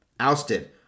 ousted